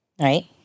right